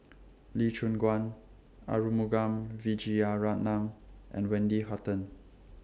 Lee Choon Guan Arumugam Vijiaratnam and Wendy Hutton